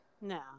No